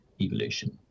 evolution